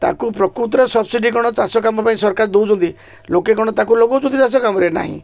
ତାକୁ ପ୍ରକୃତରେ ସବସିଡ଼ି କ'ଣ ଚାଷ କାମ ପାଇଁ ସରକାର ଦେଉଛନ୍ତି ଲୋକେ କ'ଣ ତାକୁ ଲଗଉଛନ୍ତି ଚାଷ କାମରେ ନାହିଁ